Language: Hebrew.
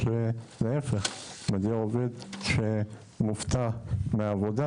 או שלהפך, מגיע עובד שמופתע מהעבודה.